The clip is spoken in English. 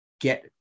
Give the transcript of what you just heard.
get